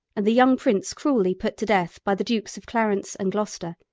and the young prince cruelly put to death by the dukes of clarence and gloucester,